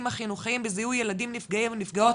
החינוכיים בזיהוי ילדים נפגעים ונפגעות